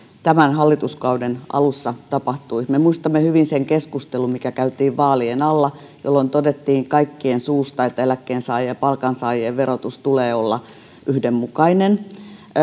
tämän hallituskauden alussa tapahtui me muistamme hyvin sen keskustelun mikä käytiin vaalien alla jolloin todettiin kaikkien suusta että eläkkeensaajien ja palkansaajien verotuksen tulee olla yhdenmukainen